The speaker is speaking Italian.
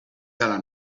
dalla